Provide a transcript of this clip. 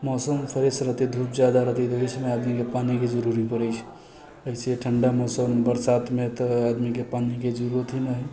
मौसम फ्रेश रहते धूप जादा रहते तऽ ओहि समयमे आदमीके पानिके जरुरी पड़ै छै एहिसे ठण्डा मौसममे बरसातमे तऽ आदमीके पानिके जरुरत हि न है